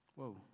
whoa